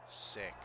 six